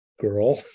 girl